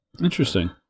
Interesting